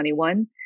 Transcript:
2021